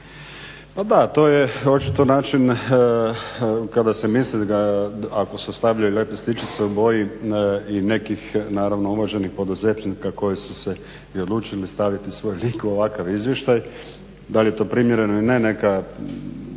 Da, to je očito način kada se misli da ako se stavljaju i lijepe sličice u boji i nekih naravno uvaženih poduzetnika koji su odlučili staviti svoj lik u ovakav izvještaj, da li je to primjereno ili ne neka